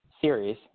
series